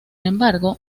embargo